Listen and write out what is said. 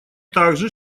также